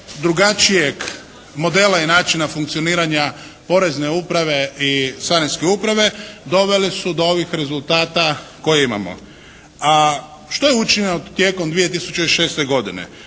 drugačijeg modela i način funkcioniranja Porezne uprave i Carinske uprave doveli su do ovih rezultata koje imamo. A što je učinjeno tijekom 2006. godine?